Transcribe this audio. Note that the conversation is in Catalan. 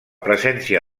presència